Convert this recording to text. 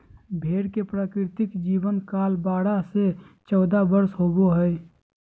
भेड़ के प्राकृतिक जीवन काल बारह से चौदह वर्ष होबो हइ